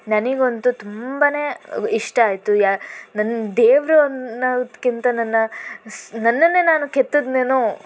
ನನಿಗಂತೂ ತುಂಬನೇ ಇಷ್ಟ ಆಯಿತು ಯಾ ನನ್ನ ದೇವರು ಅನ್ನೋದಕ್ಕಿಂತ ನನ್ನ ಸ್ ನನ್ನನ್ನೇ ನಾನು ಕೆತ್ತಿದ್ನೇನೋ